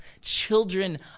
children